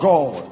God